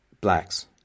blacks